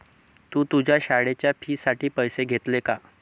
तू तुझ्या शाळेच्या फी साठी पैसे घेतले का?